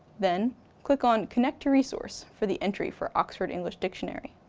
then click on connect to resource for the entry for oxford english dictionary.